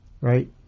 Right